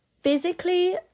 physically